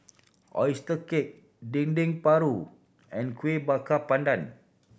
oyster cake Dendeng Paru and Kueh Bakar Pandan